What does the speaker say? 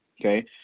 Okay